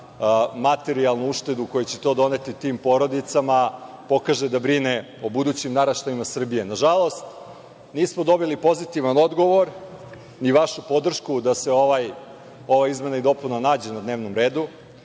materijalnu uštedu koju će to doneti tim porodicama, da pokaže da brine o budućim naraštajima Srbije. Nažalost, nismo dobili pozitivan odgovor, ni vašu podršku da se ova izmena i dopuna nađe na dnevnom redu,